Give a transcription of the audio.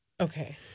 Okay